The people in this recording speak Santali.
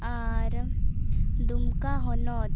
ᱟᱨ ᱫᱩᱢᱠᱟ ᱦᱚᱱᱚᱛ